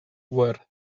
were